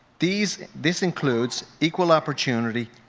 these this includes equal opportunity,